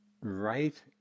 right